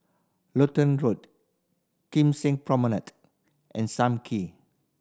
Lutheran Road Kim Seng Promenade and Sam Kee